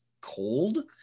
cold